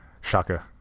Shaka